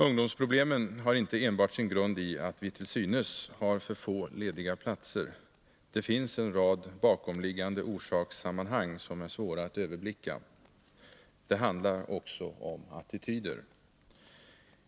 Ungdomsproblemen har inte enbart sin grund i att vi till synes har för få lediga platser. Det finns en rad bakomliggande orsakssammanhang som är svåra att överblicka. Det handlar också om attityder.